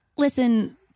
Listen